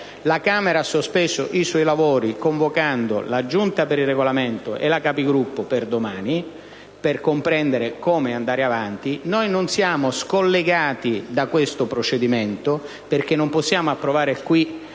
La Camera ha sospeso i suoi lavori convocando la Giunta per il Regolamento e la Conferenza dei Capigruppo per domani, per comprendere come procedere. Noi non siamo scollegati da questo procedimento. Non possiamo approvare qui